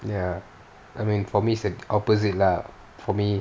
ya I mean for me it's like opposite lah for me